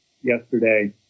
yesterday